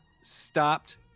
stopped